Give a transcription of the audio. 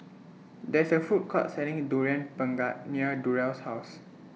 There's A Food Court Selling Durian Pengat near Durrell's House